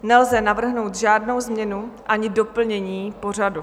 Nelze navrhnout žádnou změnu ani doplnění pořadu.